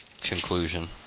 conclusion